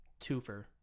twofer